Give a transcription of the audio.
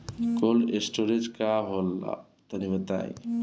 Cold storage का होला तनि बताई?